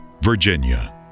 Virginia